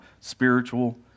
spiritual